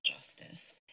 justice